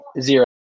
Zero